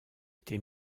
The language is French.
été